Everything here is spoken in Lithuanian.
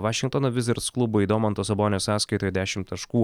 vašingtono vizards klubui domanto sabonio sąskaitoj dešimt taškų